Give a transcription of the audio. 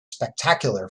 spectacular